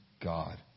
God